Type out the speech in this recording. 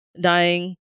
dying